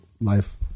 life